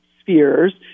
spheres